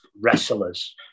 wrestlers